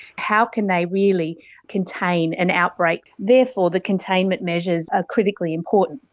how can they really contain an outbreak? therefore the containment measures are critically important.